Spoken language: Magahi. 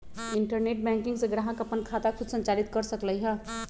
इंटरनेट बैंकिंग से ग्राहक अप्पन खाता खुद संचालित कर सकलई ह